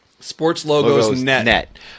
Sportslogos.net